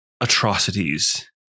atrocities